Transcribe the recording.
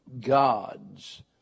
gods